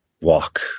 walk